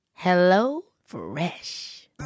HelloFresh